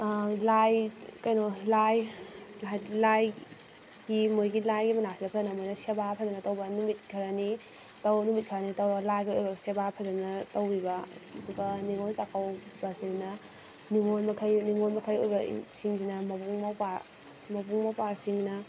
ꯂꯥꯏ ꯀꯩꯅꯣ ꯂꯥꯏ ꯂꯥꯏꯒꯤ ꯃꯣꯏꯒꯤ ꯂꯥꯏ ꯃꯅꯥꯛꯁꯤꯗ ꯑꯩꯈꯣꯏꯅ ꯃꯣꯏꯁꯦ ꯁꯦꯕꯥ ꯐꯖꯅ ꯇꯧꯕ ꯅꯨꯃꯤꯠ ꯈꯔꯅꯤ ꯅꯨꯃꯤꯠ ꯈꯔꯅꯤ ꯇꯧꯔ ꯂꯥꯏꯒꯤ ꯑꯣꯏꯕ ꯁꯦꯕꯥ ꯐꯖꯅ ꯇꯧꯕꯤꯕ ꯑꯗꯨꯒ ꯅꯤꯡꯉꯣꯜ ꯆꯥꯛꯀꯧꯕꯁꯤꯅ ꯅꯤꯡꯉꯣꯜ ꯃꯈꯩ ꯅꯤꯡꯉꯣꯜ ꯃꯈꯩ ꯑꯣꯏꯕꯁꯤꯡꯁꯤꯅ ꯃꯕꯨꯡ ꯃꯧꯄ꯭ꯋꯥ ꯃꯕꯨꯡ ꯃꯧꯄ꯭ꯋꯥꯁꯤꯡꯅ